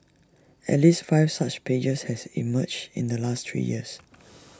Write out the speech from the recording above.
at least five such pages has emerged in the last three years